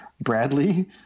Bradley